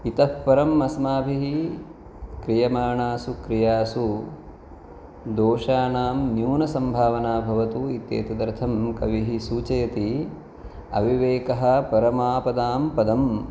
इतःपरम् अस्माभिः क्रियमाणासु क्रियासु दोषाणां न्यूनसम्भावना भवतु इति एतदर्थं कविः सूचयति अविवेकः परमापदां पदम्